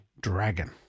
dragon